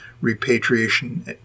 Repatriation